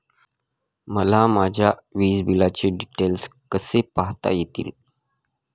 मला माझ्या वीजबिलाचे डिटेल्स कसे पाहता येतील?